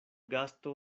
gasto